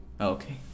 okay